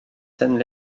scènes